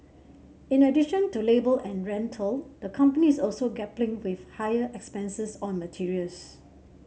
in addition to labour and rental the company is also grappling with higher expenses on materials